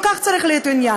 לא כך צריך להיות העניין.